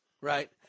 right